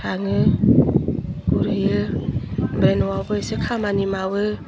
थाङो गुरहैयो बे न'आवबो इसे खामानि मावो